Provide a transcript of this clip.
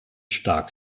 stark